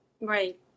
Right